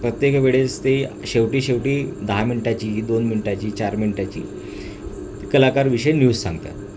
प्रत्येक वेळेस ते शेवटी शेवटी दहा मिनिटाची दोन मिनिटाची चार मिनिटाची कलाकारविषयी न्यूज सांगतात